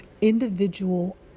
individual